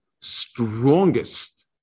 strongest